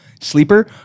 sleeper